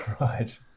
Right